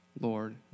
Lord